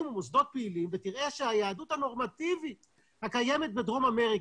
או מוסדות פעילים ותראה שהיהדות הנורמטיבית הקיימת בדרום אמריקה,